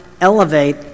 elevate